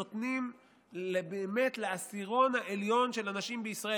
נותנים כסף לעשירון העליון של הנשים בישראל,